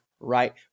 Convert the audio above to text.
right